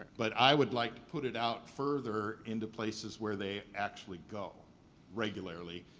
but i would like to put it out further into places where they actually go regularly.